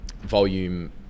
volume